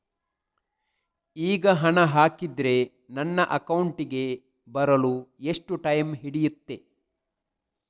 ಈಗ ಹಣ ಹಾಕಿದ್ರೆ ನನ್ನ ಅಕೌಂಟಿಗೆ ಬರಲು ಎಷ್ಟು ಟೈಮ್ ಹಿಡಿಯುತ್ತೆ?